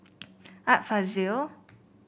Art Fazil